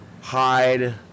Hide